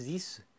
isso